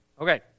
Okay